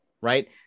right